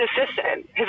assistant